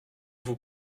vous